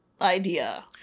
Idea